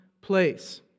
place